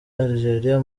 algeria